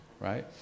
right